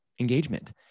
engagement